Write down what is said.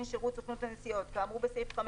שירות סוכנות הנסיעות כאמור בסעיף 15,